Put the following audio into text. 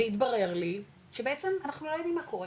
והתברר לי, שבעצם, אנחנו לא יודעים מה קורה,